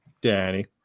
Danny